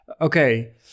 Okay